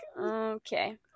Okay